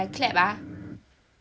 I clap ah